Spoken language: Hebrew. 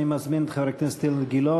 אני מזמין את חבר הכנסת אילן גילאון,